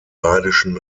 badischen